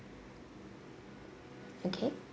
okay